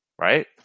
right